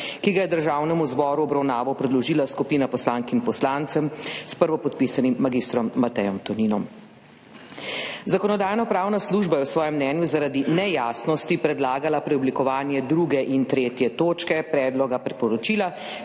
ki ga je Državnemu zboru v obravnavo predložila skupina poslank in poslancev s prvopodpisanim mag. Matejem Toninom. Zakonodajno-pravna služba je v svojem mnenju zaradi nejasnosti predlagala preoblikovanje 2. in 3. točke predloga priporočila,